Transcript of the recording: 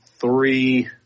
three